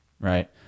Right